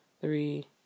three